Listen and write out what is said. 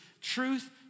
truth